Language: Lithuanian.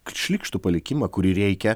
šlykštų palikimą kurį reikia